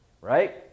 Right